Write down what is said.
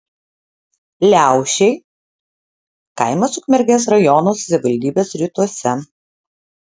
liaušiai kaimas ukmergės rajono savivaldybės rytuose